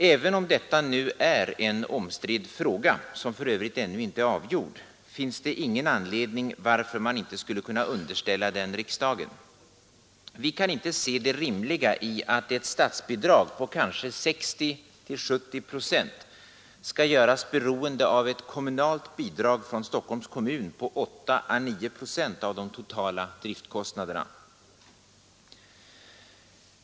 Även om detta nu är en omstridd fråga, som för övrigt ännu inte är avgjord, finns det ingen anledning varför man inte skulle kunna underställa den riksdagen. Vi kan inte se det rimliga i att ett statsbidrag på kanske 60—70 procent skall göras beroende av ett kommunalt bidrag från Stockholms kommun å 8 å 9 procent av de totala driftkostnaderna.